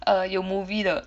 err 有 movie 的